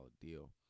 deal